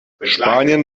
spanien